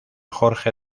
jorge